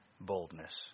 boldness